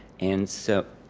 and so oh,